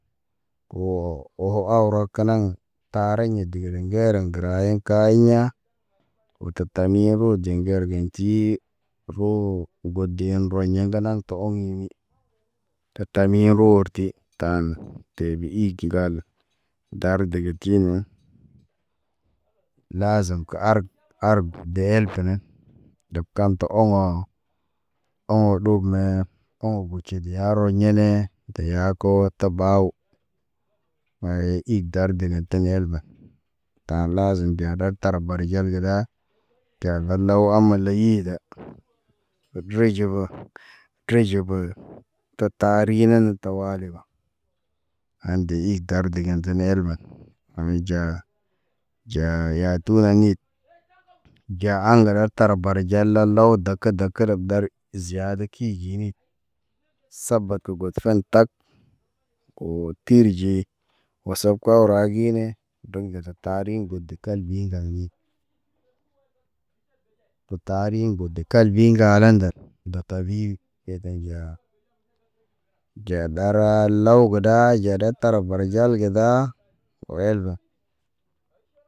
Wo, oho awrɔ keneŋ tariŋ deg le ŋgereŋ gəra ḭ ka ɲiɲa. Otok tami ro nde ŋger gen ti, roo gode rɔɲ ŋganaŋ tɔ ɔŋ. Ta tami rorti tan te ɓe ig ŋgale dar dege tinen. Lazem ke arg, arg dehel tene. Deb kaŋ tɔ ɔŋɔ, ɔŋɔ ɗub mḛḛ ɔŋɔ guti be ya rɔ ɲene teya ko te baw. Maye ig dar degen tene el ba. Tan lazim deya da tar barjal ge da teya da law amala hi da reje be, kreje be. To tarinen to wali ba ha̰ ndeyi gar degen tene el ba. Ami ja, ja yatu yanid; ja a̰ ŋgara tar bara ja la law dake dakeb dari. Ziada ki jiri, saba ke god fen tag, oo tirji oseb kow ragi ne, tog be to tari ŋgo de kalɓi ndaŋɲi. O tari ŋgode kalbi ŋgale nde. Da ta ɓi kel kɔn ja. Ja ɗara law go da jare tar barjal ge da, o el ba.